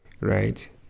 right